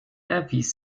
erwies